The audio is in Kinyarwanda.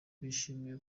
bishimiye